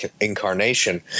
incarnation